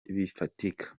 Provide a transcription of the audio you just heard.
bifatika